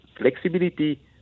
flexibility